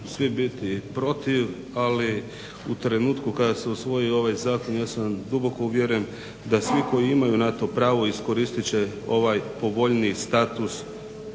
svi biti protiv ali u trenutku kada se usvojio ovaj zakon ja sam duboko uvjeren da svi koji imaju na to pravo iskoristit će ovaj povoljniji status